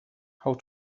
how